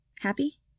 Happy